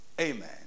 amen